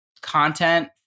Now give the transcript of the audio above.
content